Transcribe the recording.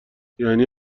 یعنی